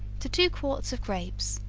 to two quarts of grapes,